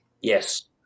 Yes